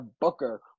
Booker